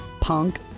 punk